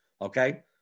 Okay